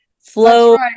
flow